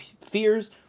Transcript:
fears